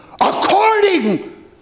According